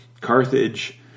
Carthage